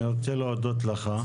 אני רוצה להודות לך.